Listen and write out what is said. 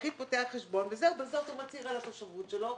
היחיד פותח חשבון ובזאת הוא מצהיר את התושבות שלו.